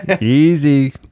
easy